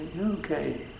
okay